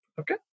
Okay